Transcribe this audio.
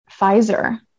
Pfizer